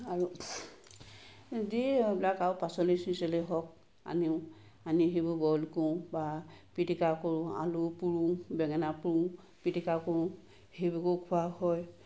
আৰু দিওঁ এইবিলাক আৰু পাচলি চাচলি হওক আনো আনি লেইবোৰ বইল কৰোঁ বা পিটিকা কৰোঁ আলু পুৰোঁ বেগেনা পুৰোঁ পিটিকা কৰোঁ সেইভাগেও খোৱা হয়